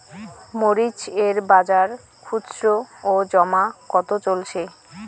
মরিচ এর বাজার খুচরো ও জমা কত চলছে?